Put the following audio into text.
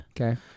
okay